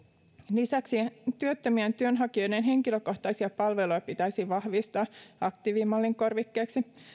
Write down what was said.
lisäksi työttömien työnhakijoiden henkilökohtaisia palveluja pitäisi vahvistaa aktiivimallin korvikkeeksi